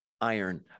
iron